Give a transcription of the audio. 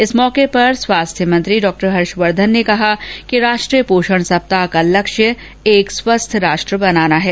इस अवसर पर स्वास्थ्य मंत्री डॉक्टर हर्षवर्द्दन ने कहा कि राष्ट्रीय पोषण सप्ताह का लक्ष्य एक स्वस्थ राष्ट्र बनाना है